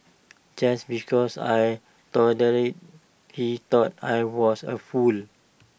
just because I tolerated he thought I was A fool